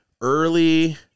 early